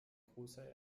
großer